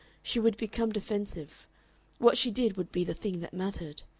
she would become defensive what she did would be the thing that mattered.